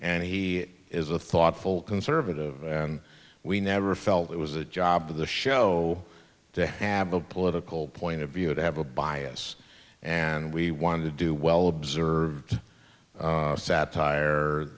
and he is a thoughtful conservative and we never felt it was a job of the show to have a political point of view to have a bias and we wanted to do well observe satire